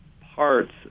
parts